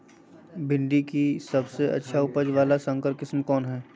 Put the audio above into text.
भिंडी के सबसे अच्छा उपज वाला संकर किस्म कौन है?